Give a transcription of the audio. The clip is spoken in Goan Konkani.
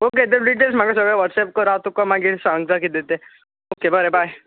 ओके तूं सगळे डिटेल्स म्हाका व्होटसेप कर मागीर हांव सांगता तुका कितें ते ओके बरें बाय